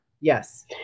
Yes